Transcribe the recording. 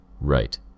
Right